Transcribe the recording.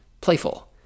playful